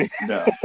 No